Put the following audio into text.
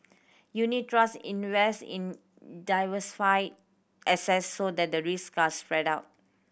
unit trusts invest in diversified assets so that the risks are spread out